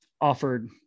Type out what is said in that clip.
offered